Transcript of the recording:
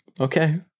okay